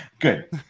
good